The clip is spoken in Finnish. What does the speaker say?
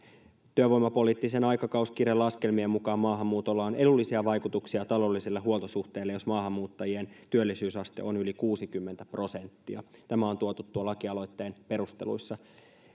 työpoliittisen aikakauskirjan laskelmien mukaan maahanmuutolla on edullisia vaikutuksia taloudelliselle huoltosuhteelle jos maahanmuuttajien työllisyysaste on yli kuusikymmentä prosenttia tämä on tuotu tuon lakialoitteen perusteluissa